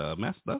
Master